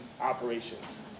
operations